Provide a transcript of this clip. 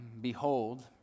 behold